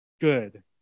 good